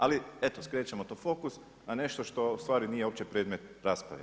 Ali eto skrećemo to fokus, na nešto što u stvari nije uopće predmet rasprave.